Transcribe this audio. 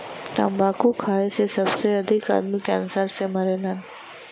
तम्बाकू खाए से सबसे अधिक आदमी कैंसर से मरला